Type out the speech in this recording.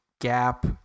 gap